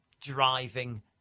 driving